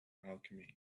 alchemy